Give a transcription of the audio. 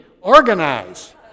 organize